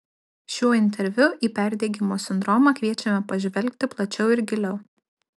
šiuo interviu į perdegimo sindromą kviečiame pažvelgti plačiau ir giliau